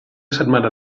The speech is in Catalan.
setmana